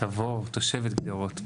תושבת גדרות.